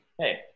Hey